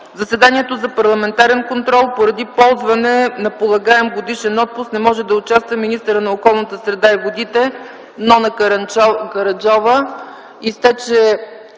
заседанието за парламентарен контрол поради ползване на полагаем годишен отпуск не може да участва министърът на околната среда и водите Нона Караджова.